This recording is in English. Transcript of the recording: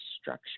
structure